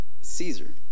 Caesar